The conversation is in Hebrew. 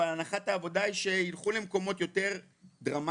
אבל הנחת העבודה היא שילכו למקומות יותר דרמטיים,